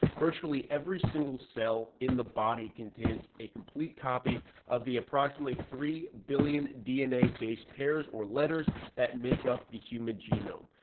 virtually every single cell in the body contains a complete copy of the approximately three billion dna base pairs or letters that make up the human genome.